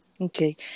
Okay